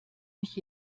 mich